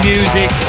Music